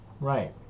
Right